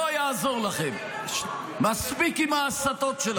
לא יעזור לכם, מספיק עם ההסתות שלכם.